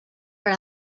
per